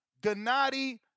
Gennady